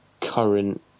current